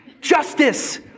justice